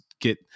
get